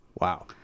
Wow